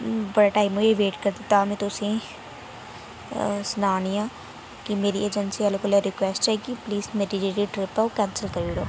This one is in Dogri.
बड़ा टाइम होई गेआ वेट करदे तां में तुसेंगी सना नी आं कि मेरी अजैंसी आह्ले कोला रिकुऐस्ट ऐ कि प्लीज मेरी जेह्ड़ी ट्रिप ऐ ओह् कैंसल करी उड़ो